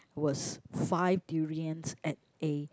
was five durian at A